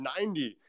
90